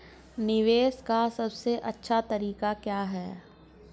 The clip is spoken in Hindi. निवेश का सबसे अच्छा तरीका क्या है?